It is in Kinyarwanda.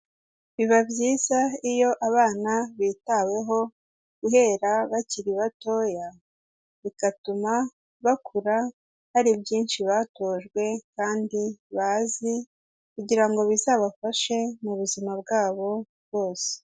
Biba byiza iyo abana bitaweho, guhera bakiri batoya, bigatuma bakura hari byinshi batojwe kandi bazi, kugira ngo bizabafashe mu buzima bwabo bwose.